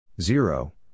Zero